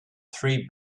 three